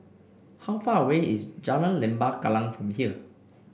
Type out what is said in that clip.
how far away is Jalan Lembah Kallang from here